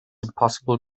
impossible